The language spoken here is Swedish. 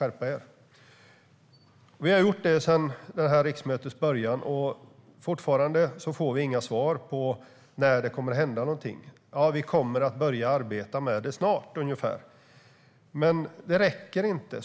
Detta har vi gjort sedan det här riksmötets början. Fortfarande får vi inga svar om när det kommer att hända något. Beskeden blir ungefär: Ja, vi kommer att börja arbeta med detta snart. Men detta räcker inte.